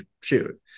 shoot